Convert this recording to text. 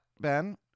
Ben